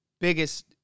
biggest